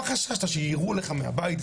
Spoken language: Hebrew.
מה חששת שיירו לך מהבית,